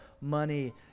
money